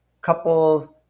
couples